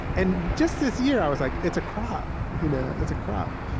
and just this year, i was like, it's a crop. you know it's a crop.